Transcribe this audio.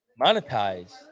monetize